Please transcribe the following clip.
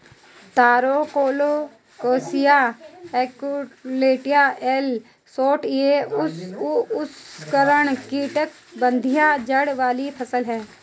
तारो colocasia esculenta L Schott एक उष्णकटिबंधीय जड़ वाली फसल है